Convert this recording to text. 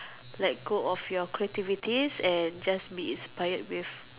like go off your creativities and just be inspired with